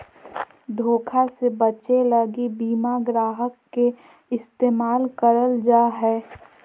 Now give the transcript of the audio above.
धोखा से बचे लगी बीमा ग्राहक के इस्तेमाल करल जा हय